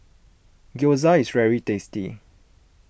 Gyoza is very tasty